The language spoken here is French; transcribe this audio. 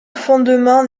fondement